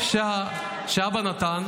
התשובה שאבא נתן,